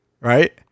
Right